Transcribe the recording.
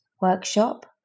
workshop